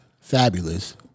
fabulous